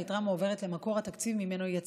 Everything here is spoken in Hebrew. והיתרה מועברת למקור התקציב שממנו היא יצאה,